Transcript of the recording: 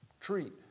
treat